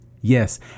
yes